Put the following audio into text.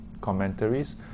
commentaries